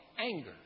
anger